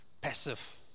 passive